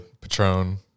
patron